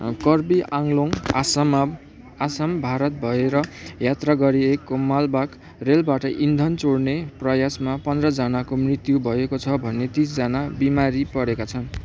Kirby Anglong आसाममा आसाम भारत भएर यात्रा गरिएको मालबाहक रेलबाट इन्धन चोर्ने प्रयासमा पन्ध्रजनाको मृत्यु भएको छ भने तिसजना बिरामी परेका छन्